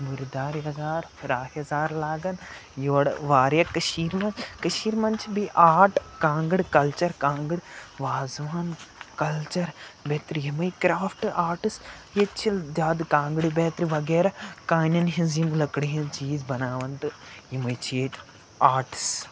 مُرِدار یَزار فِراک یَزار لاگَن یورٕ واریاہ کٔشیٖرِ منٛز کٔشیٖرِ منٛز چھِ بیٚیہِ آٹ کانٛگٕر کَلچَر کانٛگٕر وازٕوان کَلچَر بیٚیہِ ترٛیٚیِمٕے کرٛافٹ آٹٕس ییٚتہِ چھِ زیادٕ کانٛگرٕ بیترِ وَغیرہ کانٮ۪ن ہِنٛزٕ یِم لٔکرِ ہِنٛدۍ چیٖز بَناوان تہٕ یِمَے چھِ ییٚتہِ آٹٕس